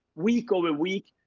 week over week,